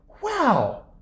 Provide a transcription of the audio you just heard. wow